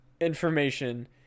information